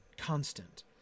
Constant